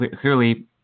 clearly